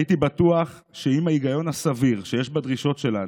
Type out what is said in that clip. הייתי בטוח שעם ההיגיון הסביר שיש בדרישות שלנו,